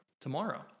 tomorrow